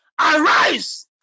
Arise